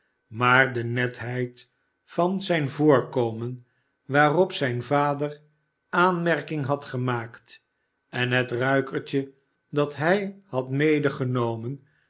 maar de netheid van zijn voorkomen waarop zijn vader aanmerking had gemaakt en het ruikertje dat hij had medegenomen